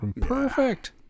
perfect